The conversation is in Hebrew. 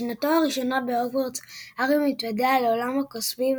בשנתו הראשונה בהוגוורטס הארי מתוודע לעולם הקוסמים,